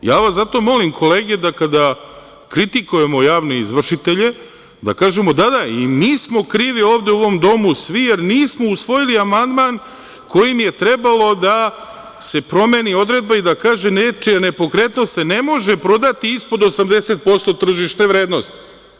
Zato vas molim kolege, da kada kritikujemo javne izvršitelje da kažemo – da, da, i mi smo krivi ovde u ovom domu svi, jer nismo usvojili amandmanom kojim je trebalo da se promeni odredba i da kaže – nečija nepokretnost se ne može prodati ispod 80% tržišne vrednosti.